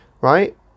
right